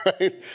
right